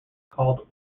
called